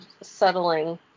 settling